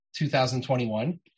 2021